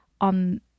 on